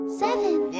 seven